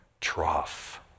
trough